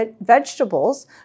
vegetables